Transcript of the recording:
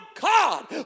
God